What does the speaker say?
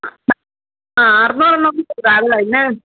ആ മ് ആ അറുന്നൂറ് എണ്ണം എടുക്കാം ഇന്ന്